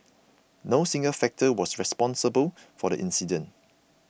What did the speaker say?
no single factor was responsible for the incident